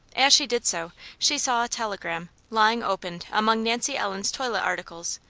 as she did so, she saw a telegram, lying opened among nancy ellen's toilet articles,